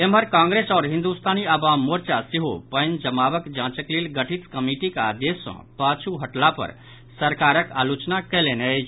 एम्हर कांग्रेस आओर हिन्दुस्तानी अवाम मोर्चा सेहो पानि जमावक जांचक लेल गठित कमिटीक आदेश सँ पाछु हटला पर सरकारक आलोचना कयलनि अछि